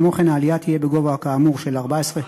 כמו כן, העלייה תהיה בגובה, כאמור, של 14,